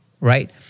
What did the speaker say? right